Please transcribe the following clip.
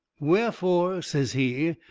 wherefore, says he,